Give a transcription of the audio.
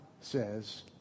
says